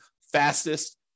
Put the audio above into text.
fastest